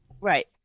Right